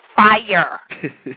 Fire